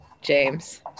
James